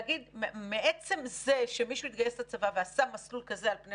להגיד שמעצם זה שמישהו התגייס לצבא ועשה מסלול כזה על-פני